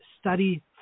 study